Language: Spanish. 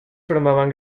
formaban